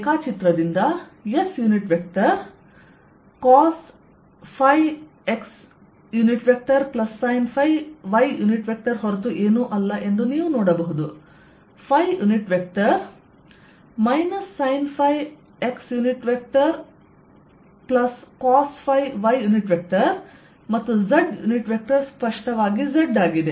ರೇಖಾಚಿತ್ರದಿಂದ S unit vector cos ϕ xsinϕ y ಹೊರತು ಏನೂ ಅಲ್ಲ ಎಂದು ನೀವು ನೋಡಬಹುದು ϕ ಯುನಿಟ್ ವೆಕ್ಟರ್ sinϕxcosϕy ಮತ್ತು z ಯುನಿಟ್ ವೆಕ್ಟರ್ ಸ್ಪಷ್ಟವಾಗಿ z ಆಗಿದೆ